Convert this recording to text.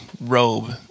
robe